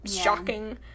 shocking